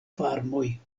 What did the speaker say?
farmoj